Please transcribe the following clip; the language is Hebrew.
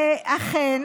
ואכן